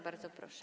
Bardzo proszę.